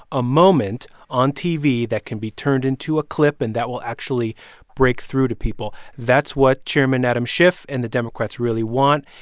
a moment on tv that can be turned into a clip and that will actually break through to people? that's what chairman adam schiff and the democrats really want.